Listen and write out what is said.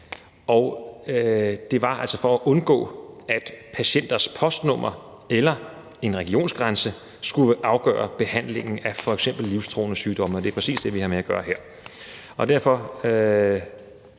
Det var altså for at undgå, at patienters postnummer eller en regionsgrænse skulle afgøre behandlingen af f.eks. livstruende sygdomme, og det er præcis det, vi har med at gøre her. Det er